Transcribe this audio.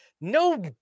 No